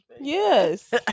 Yes